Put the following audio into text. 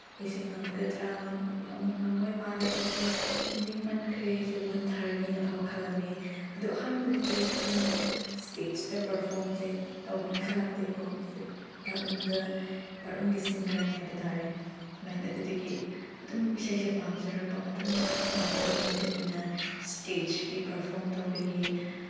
ꯑꯩꯁꯦ ꯉꯝꯒꯗ꯭ꯔꯥ ꯉꯝꯃꯣꯏ ꯃꯥꯜꯂꯦ ꯑꯩꯁꯦ ꯅꯤꯛꯃꯟꯈ꯭ꯔꯦ ꯑꯩꯁꯦ ꯋꯟꯊꯔꯅꯤ ꯐꯥꯎ ꯈꯜꯂꯝꯃꯦ ꯑꯗꯨ ꯑꯍꯥꯟꯕꯗꯗꯤ ꯑꯩꯁꯦ ꯁꯨꯃꯥꯏꯅ ꯏꯁꯇꯦꯖꯇ ꯄꯔꯐꯣꯔꯝꯁꯦ ꯇꯧꯒꯅꯤ ꯈꯜꯂꯝꯗꯦ ꯀꯣ ꯑꯩꯁꯦ ꯕꯥꯠꯔꯨꯝꯗ ꯕꯥꯠꯔꯨꯝꯒꯤ ꯁꯤꯡꯒꯔꯅꯤ ꯍꯥꯏꯕ ꯇꯥꯔꯦ ꯑꯁꯨꯃꯥꯏꯅ ꯑꯗꯨꯗꯒꯤ ꯑꯗꯨꯝ ꯏꯁꯩꯁꯦ ꯄꯥꯝꯖꯔꯛꯄ ꯃꯊꯪ ꯃꯊꯪ ꯄꯥꯝꯂꯛꯄꯒꯤ ꯃꯇꯨꯡꯏꯟꯅ ꯏꯁꯇꯦꯖꯀꯤ ꯄꯔꯐꯣꯔꯝ ꯇꯧꯕꯒꯤ